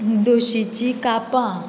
दोशीचीं कापां